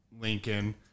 Lincoln